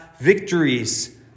victories